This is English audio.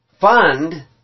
fund